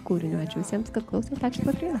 kūriniu ačiū visiems kad klausot ačiū kotryna